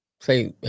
say